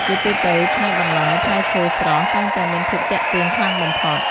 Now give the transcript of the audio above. ជាទូទៅ ផ្នែកបន្លែផ្លែឈើស្រស់តែងតែមានភាពទាក់ទាញខ្លាំងបំផុត។